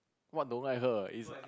what don't like her it's